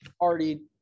Already